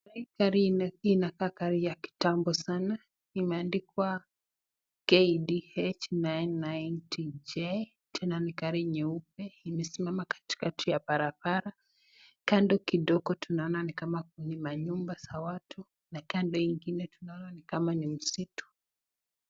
Hii gari inakaa gari ya kitambo sana, imeandikwa KDH 999TJ. Tena ni gari nyeupe, imesimama katikati ya barabara. Kando kidogo tunaona nikama manyumba za watu, na kando ingine tunaona nikama ni msitu.